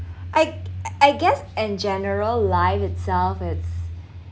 I I guess in general life itself it's